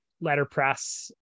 letterpress